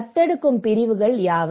தத்தெடுக்கும் பிரிவுகள் யாவை